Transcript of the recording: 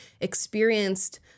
experienced